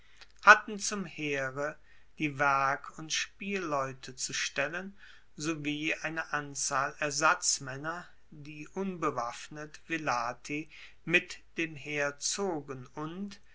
hatten zum heere die werk und spielleute zu stellen sowie eine anzahl ersatzmaenner die unbewaffnet velati mit dem heer zogen und